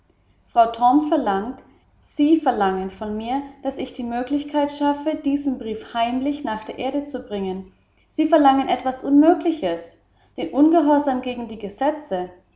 frau torm verlangt sie verlangen von mir daß ich die möglichkeit schaffe diesen brief heimlich nach der erde zu bringen sie verlangen etwas unmögliches den ungehorsam gegen die gesetze